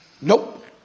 Nope